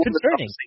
concerning